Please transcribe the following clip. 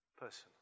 person